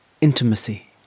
intimacy